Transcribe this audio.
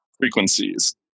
frequencies